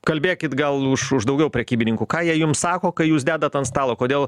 kalbėkit gal už už daugiau prekybininkų ką jie jum sako kai jūs dedat ant stalo kodėl